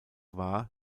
war